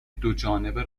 دوجانبه